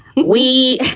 we.